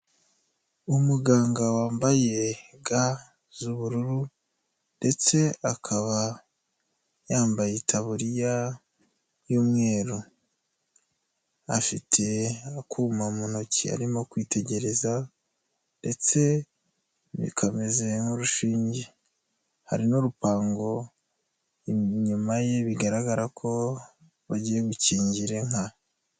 Umuganga wambaye ga z'ubururu ndetse akaba yambaye itaburiya y'umweru, afite akuma mu ntoki arimo kwitegereza ndetse kameze nk'urushinge, hari n'urupango inyuma ye bigaragara ko bagiye gukingira inka.